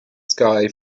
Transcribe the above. sky